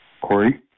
Corey